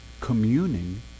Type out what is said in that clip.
communing